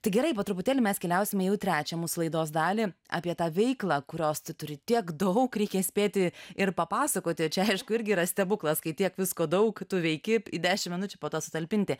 tai gerai po truputėlį mes keliausime jau į trečią mūsų laidos dalį apie tą veiklą kurios turi tiek daug reikia spėti ir papasakoti čia aišku irgi yra stebuklas kai tiek visko daug tu veiki į dešimt minučių po to sutalpinti